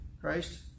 Christ